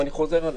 ואני חוזר עליה,